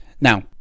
Now